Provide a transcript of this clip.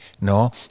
no